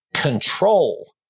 control